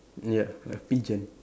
ya a pigeon